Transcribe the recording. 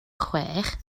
chwech